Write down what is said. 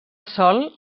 sol